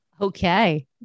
Okay